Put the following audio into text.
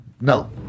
No